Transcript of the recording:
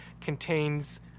contains